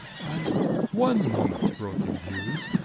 i one moment, broke in hughes.